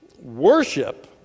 Worship